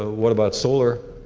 what about solar?